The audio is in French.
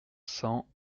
cent